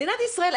מדינת ישראל,